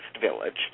Village